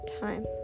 time